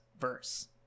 Verse